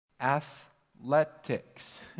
Athletics